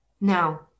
now